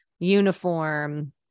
Uniform